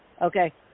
Okay